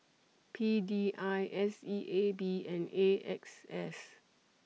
P D I S E A B and A X S